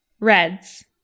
Reds